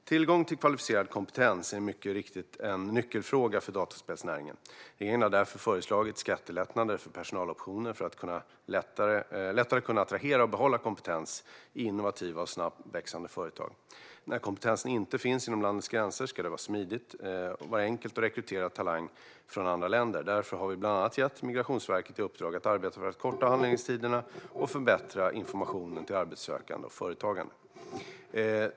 Tillgång till kvalificerad kompetens är mycket riktigt en nyckelfråga för dataspelsnäringen. Regeringen har därför föreslagit skattelättnader för personaloptioner för att lättare kunna attrahera och behålla kompetens i innovativa och snabbväxande företag. När kompetensen inte finns inom landets gränser ska det vara enkelt att rekrytera talanger från andra länder. Därför har vi bland annat gett Migrationsverket i uppdrag att arbeta för att korta handläggningstiderna och förbättra informationen till arbetssökande och företagare.